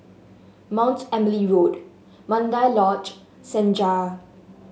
Mount Emily Road Mandai Lodge Senja